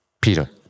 Peter